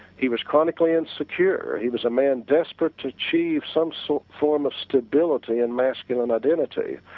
he was chronically insecure, he was a man desperate to achieve some so form of stability in masculine identity,